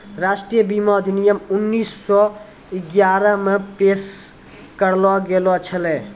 राष्ट्रीय बीमा अधिनियम उन्नीस सौ ग्यारहे मे पेश करलो गेलो छलै